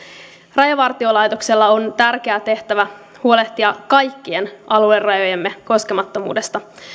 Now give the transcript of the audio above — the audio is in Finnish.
rajavartiolaitoksella on tärkeä tehtävä huolehtia kaikkien aluerajojemme koskemattomuudesta